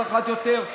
אז אחת יותר.